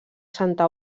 santa